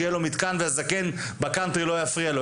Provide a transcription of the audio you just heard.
שיהיה לו מתקן והזקן בקאנטרי לא יפריע לו.